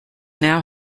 now